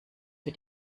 für